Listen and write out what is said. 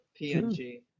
PNG